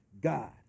God